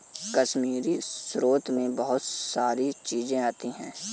कश्मीरी स्रोत मैं बहुत सारी चीजें आती है